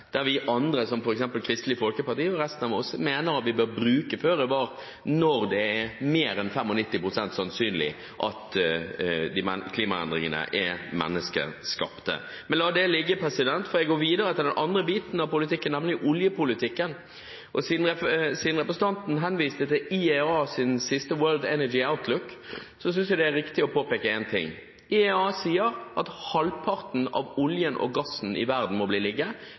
der vi andre, som f.eks. Kristelig Folkeparti og resten av oss, mener at vi bør bruke føre-var-prinsippet – når det er mer enn 95 pst. sannsynlig at klimaendringene er menneskeskapte. Men la det ligge, for jeg går videre til den andre biten av politikken, nemlig oljepolitikken. Siden representanten henviste til IEAs siste World Energy Outlook, synes jeg det er riktig å påpeke en ting: IEA sier at halvparten av oljen og gassen i verden må bli